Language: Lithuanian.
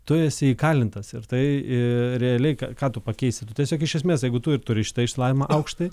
tu esi įkalintas ir tai realiai ką tu pakeisi tu tiesiog iš esmės jeigu tu ir turi šitą išsilavinimą aukštąjį